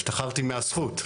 השתחררתי מהזכות,